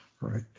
Right